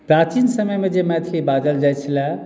प्राचीन समयमे जे मैथिली बाजल जाइत छलए